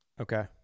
Okay